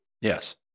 Yes